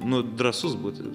nu drąsus būti